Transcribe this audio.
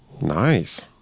Nice